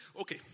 okay